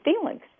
feelings